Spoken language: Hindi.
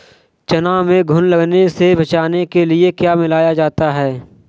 चना में घुन लगने से बचाने के लिए क्या मिलाया जाता है?